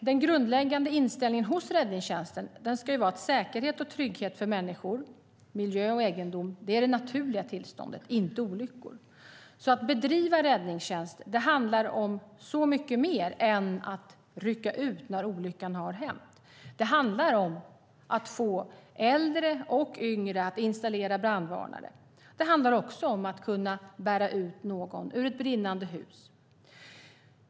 Den grundläggande inställningen hos räddningstjänsten ska ju vara att säkerhet och trygghet för människor, miljö och egendom är det naturliga tillståndet, inte olyckor. Att bedriva räddningstjänst handlar om så mycket mer än att rycka ut när olyckan har hänt. Det handlar om att få äldre och yngre att installera brandvarnare. Det handlar också om att kunna bära ut någon ur ett brinnande hus.